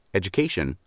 education